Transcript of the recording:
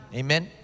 amen